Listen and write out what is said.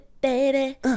baby